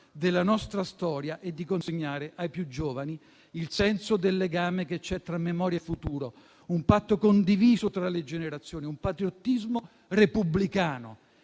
della nostra storia e di consegnare ai più giovani il senso del legame che c'è tra memoria e futuro, un patto condiviso tra le generazioni, un patriottismo repubblicano.